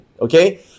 Okay